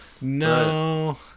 No